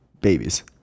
babies